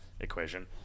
equation